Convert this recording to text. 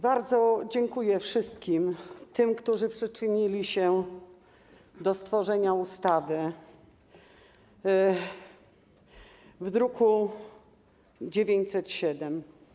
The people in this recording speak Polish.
Bardzo dziękuję wszystkim tym, którzy przyczynili się do stworzenia ustawy z druku nr 907.